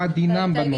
מה דינם בנושא?